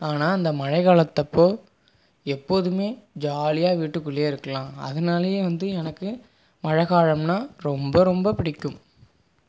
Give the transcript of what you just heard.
ஆனால் அந்த மழைக்காலத்தப்போ எப்போதுமே ஜாலியாக வீட்டுக்குள்ளேயே இருக்கலாம் அதனாலேயே வந்து எனக்கு மழை காலம்னா ரொம்ப ரொம்ப பிடிக்கும்